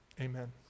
Amen